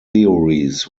theories